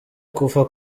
kuva